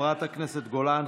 חברת הכנסת גולן,